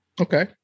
Okay